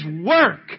work